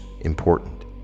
important